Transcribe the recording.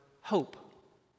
hope